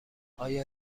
آیا